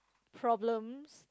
problems